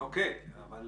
אוקי, אבל